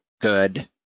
good